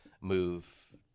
move